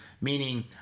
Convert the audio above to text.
meaning